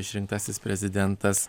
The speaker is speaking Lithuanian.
išrinktasis prezidentas